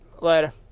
Later